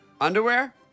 Underwear